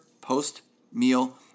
post-meal